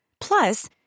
Plus